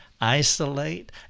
isolate